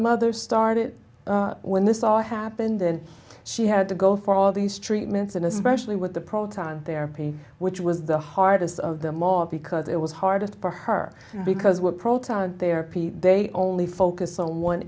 mother started when this all happened and she had to go for all these treatments and especially with the proton therapy which was the hardest of them all because it was hardest part her because what proton therapy they only focus on one